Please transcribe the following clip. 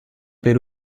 per